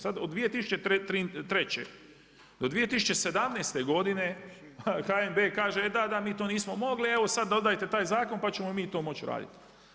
Sad od 2003. do 2017. godine HNB kaže da, da mi to nismo mogli, evo sad dodajte taj zakon pa ćemo mi to moći raditi.